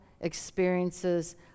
experiences